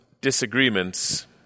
disagreements